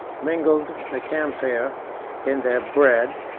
mingled the camphire in their bread,